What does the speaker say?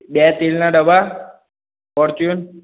બે તેલના ડબા ફોર્ચ્યુન